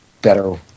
Better